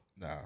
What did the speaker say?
Nah